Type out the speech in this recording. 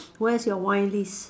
where's your wine list